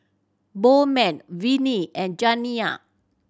Bowman Vinie and Janiya